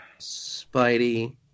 Spidey